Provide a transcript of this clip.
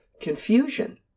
confusion